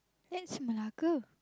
that's Malacca